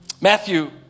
Matthew